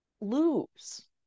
lose